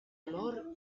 olor